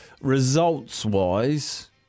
results-wise